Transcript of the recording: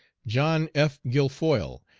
john f. guilfoyle,